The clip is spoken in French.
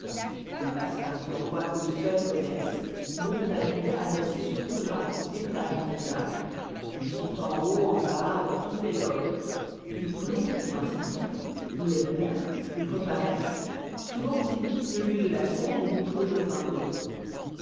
ils passent par des endroits qu'eux seuls connoissent montent avec une adresse surprenante d'étage en étage ils sont en haut en bas dans toutes les loges ils plongent pour ainsi dire on les perd ils reparoissent souvent ils quittent le lieu de la scène et vont jouer dans un autre